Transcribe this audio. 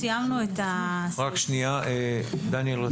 כן, דניאל.